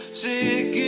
sick